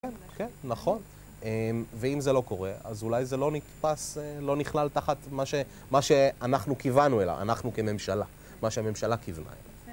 כן, כן, נכון, ואם זה לא קורה, אז אולי זה לא נכנס, לא נכלל תחת מה שאנחנו כיוונו אליו, אנחנו כממשלה, מה שהממשלה כיוונה אליה.